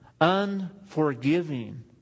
unforgiving